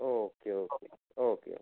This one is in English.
okay okay okay